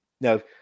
Now